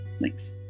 Thanks